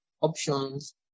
options